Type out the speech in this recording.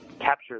capture